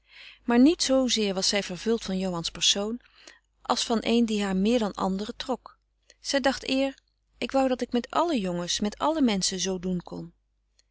maar niet zoozeer was zij vervuld van johan's persoon als van een die haar meer dan anderen trok zij dacht eer ik wou dat ik met alle jongens met alle menschen zoo doen kon